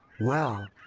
well.